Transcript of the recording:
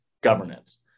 governance